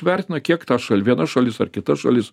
vertina kiek ta viena šalis ar kita šalis